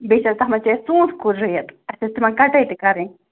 بیٚیہِ چھِ اَسہِ تَتھ منٛز چھِ اَسہِ ژوٗنٛٹھۍ کُل رُوِتھ اَسہِ ٲسۍ تِمَن کَٹٲے تہِ کَرٕنۍ